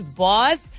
boss